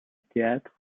théâtre